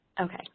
Okay